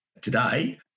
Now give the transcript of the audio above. today